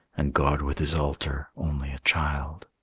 and god with his altar only a child.